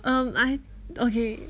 um I okay